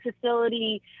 facility